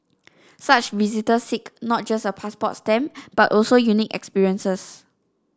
such visitors seek not just a passport stamp but also unique experiences